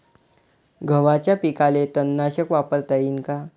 गव्हाच्या पिकाले तननाशक वापरता येईन का?